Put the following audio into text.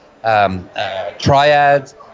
triads